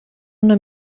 una